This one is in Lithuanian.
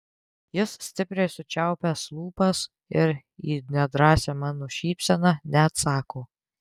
jis stipriai sučiaupęs lūpas ir į nedrąsią mano šypseną neatsako